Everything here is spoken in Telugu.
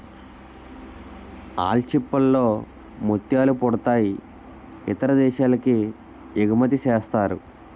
ఆల్చిచిప్పల్ లో ముత్యాలు పుడతాయి ఇతర దేశాలకి ఎగుమతిసేస్తారు